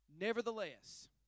Nevertheless